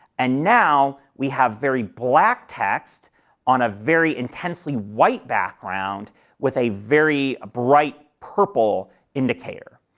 and now we have very black text on a very intensely white background with a very bright purple indicator.